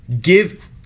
Give